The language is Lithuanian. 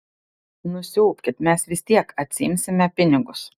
nusiaubkit mes vis tiek atsiimsime pinigus